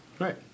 right